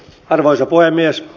arvoisa puhemies